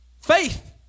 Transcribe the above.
faith